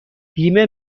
بیمه